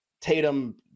Tatum